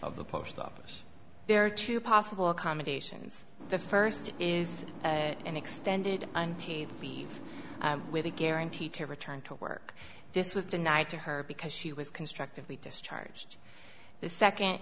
of the post office there are two possible accommodations the first is an extended unpaid leave with a guarantee to return to work this was denied to her because she was constructively discharged the second